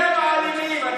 אתם האלימים.